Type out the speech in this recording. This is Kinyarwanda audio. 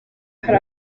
hari